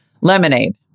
Lemonade